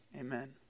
Amen